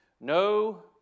no